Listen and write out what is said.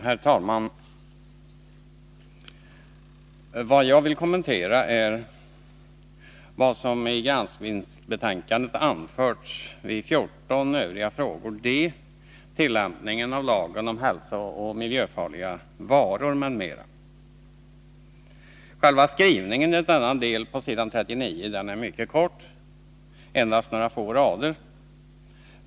Herr talman! Det jag vill kommentera är vad som i granskningsbetänkandet anförs vid punkten 14, Övriga frågor, d) Tillämpningen av lagen om hälsooch miljöfarliga varor m.m. Själva skrivningen i denna del på sidan 39 är mycket kortfattad, endast några få rader.